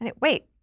Wait